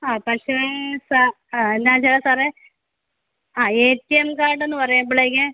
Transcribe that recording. ആ പക്ഷേ സാ ഞാൻ ചെയ്യാം സാറേ ആ എ ടി എം കാർഡ്ന്ന് പറയുമ്പോളേയ്ക്ക്